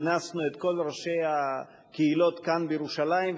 כינסנו את כל ראשי הקהילות כאן בירושלים,